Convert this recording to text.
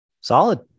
Solid